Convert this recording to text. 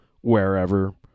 wherever